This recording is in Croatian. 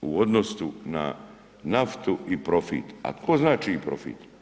u odnosu na naftu i profit a tko zna čiji profit.